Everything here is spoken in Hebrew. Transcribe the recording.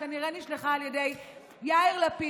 שכנראה נשלחה על ידי יאיר לפיד.